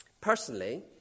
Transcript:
Personally